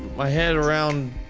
my head around.